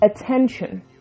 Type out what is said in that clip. attention